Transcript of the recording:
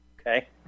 okay